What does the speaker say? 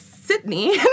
Sydney